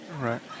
right